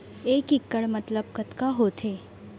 एक इक्कड़ मतलब कतका होथे?